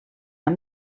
amb